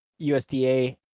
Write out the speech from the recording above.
USDA